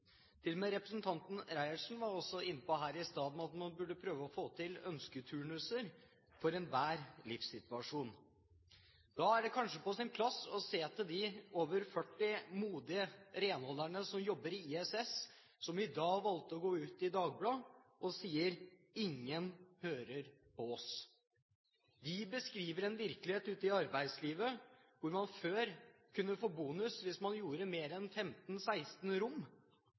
Til og med representanten Reiertsen var inne på her i sted at man burde prøve å få til ønsketurnuser for enhver livssituasjon. Da er det kanskje på sin plass å se til de over 40 modige renholderne som jobber i ISS, som i dag valgte å gå ut i Dagbladet, og som sier: Ingen hører på oss. De beskriver en virkelighet ute i arbeidslivet der man før kunne få bonus hvis man klarte mer enn 15–16 rom,